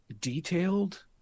detailed